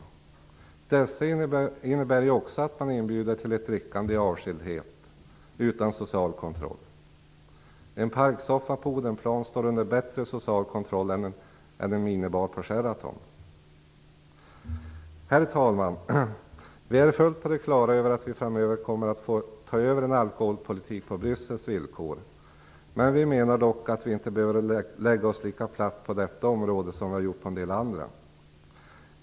Dessa innebär ju också att man inbjuds till ett drickande i avskildhet utan social kontroll. En parksoffa på Odenplan står under bättre social kontroll än en minibar på Sheraton. Herr talman! Vi är fullt på det klara med att vi framöver kommer att få ta över en alkoholpolitik på Bryssels villkor, men vi menar att vi inte behöver lägga oss lika platt på detta område som vi har gjort på en del andra.